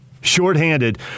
shorthanded